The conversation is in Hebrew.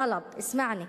טלב, איסמעני.